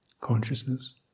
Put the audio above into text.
consciousness